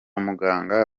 muganga